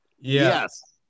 Yes